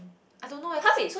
I don't know eh cause